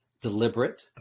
deliberate